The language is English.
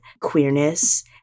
queerness